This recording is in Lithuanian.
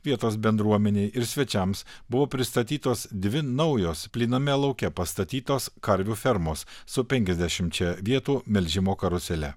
vietos bendruomenei ir svečiams buvo pristatytos dvi naujos plyname lauke pastatytos karvių fermos su penkiasdešimčia vietų melžimo karusele